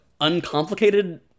uncomplicated